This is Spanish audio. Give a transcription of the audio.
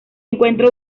encuentra